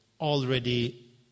already